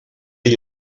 ell